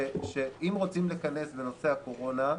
-- שאם רוצים לכנס בנושא הקורונה,